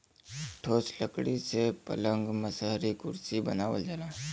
ठोस लकड़ी से पलंग मसहरी कुरसी बनावल जाला